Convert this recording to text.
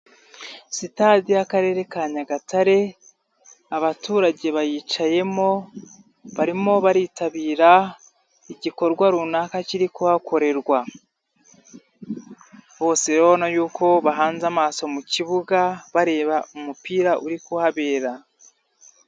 Aitade y'Akarere ka Nyagatare abaturage bayicayemo barimo baritabira igikorwa runaka kiri kuhakorerwa, bose urabona yuko bahanze amaso mu kibuga, bareba umupira uri kuhabera.